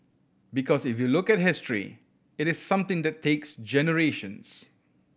because if you look at history it is something that takes generations